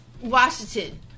Washington